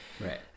right